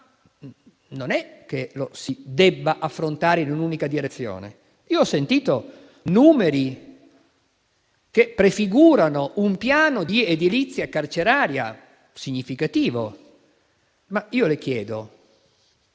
non è che lo si debba fare in un'unica direzione. Ho sentito numeri che prefigurano un piano di edilizia carceraria significativo, ma le chiedo: